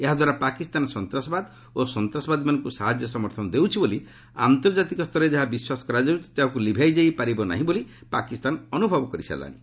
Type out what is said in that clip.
ଏହାଦ୍ୱାରା ପାକିସ୍ତାନ ସନ୍ତାସବାଦ ଓ ସନ୍ତାସବାଦୀମାନଙ୍କ ସାହାଯ୍ୟ ସମର୍ଥନ ଦେଉଛି ବୋଲି ଆନ୍ତର୍ଜାତିକ ସ୍ତରରେ ଯାହା ବିଶ୍ୱାସ କରାଯାଉଛି ତାହାକୁ ଲିଭାଇ ଯାଇ ପାରିବ ନାହିଁ ବୋଲି ପାକିସ୍ତାନ ଅନୁଭବ କରିସାରିଲାଣି